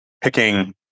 picking